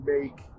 make